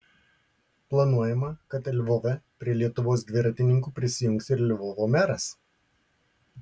planuojama kad lvove prie lietuvos dviratininkų prisijungs ir lvovo meras